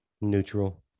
neutral